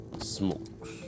smoke